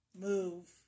move